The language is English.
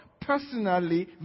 personally